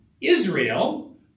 Israel